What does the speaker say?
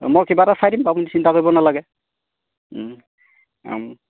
মই কিবা এটা চাই দিম বাৰু আপুনি চিন্তা কৰিব নালাগে